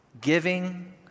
giving